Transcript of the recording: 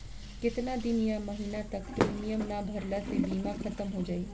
केतना दिन या महीना तक प्रीमियम ना भरला से बीमा ख़तम हो जायी?